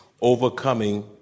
Overcoming